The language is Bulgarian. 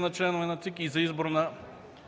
за членове на ЦИК и за избор на